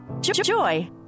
Joy